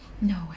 No